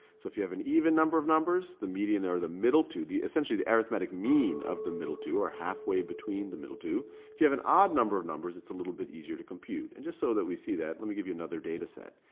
so if you have an even number of numbers, the median or the middle two, the essentially the arithmetic mean of the middle two, or halfway between the middle two. if you have an odd number of numbers, it's a little bit easier to compute. and just so that we see that, let me give you another data set.